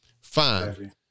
Fine